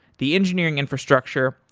the engineering infrastructure,